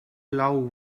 allow